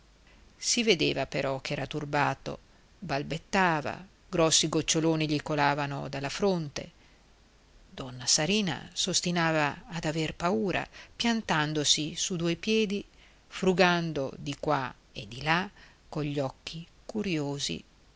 si vedeva però ch'era turbato balbettava grossi goccioloni gli colavano dalla fronte donna sarina s'ostinava ad aver paura piantandosi su due piedi frugando di qua e di là cogli occhi curiosi